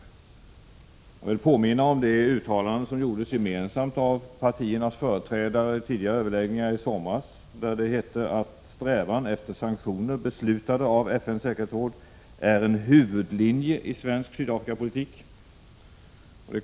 Vidare vill jag påminna om det uttalande som gjordes gemensamt av partiernas företrädare i överläggningarna i somras och där det hette att strävan efter sanktioner, beslutade av FN:s säkerhetsråd, är en huvudlinje i svensk Sydafrikapolitik.